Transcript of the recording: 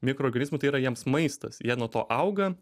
mikroorganizmų tai yra jiems maistas jie nuo to auga